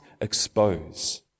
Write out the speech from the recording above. expose